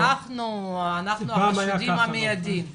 אנחנו החשודים המיידיים ,